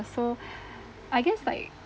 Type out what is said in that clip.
so I guess like